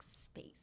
space